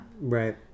Right